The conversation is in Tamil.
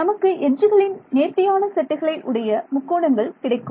நமக்கு எட்ஜுகளின் நேர்த்தியான செட்டுகளை உடைய முக்கோணங்கள் கிடைக்கும்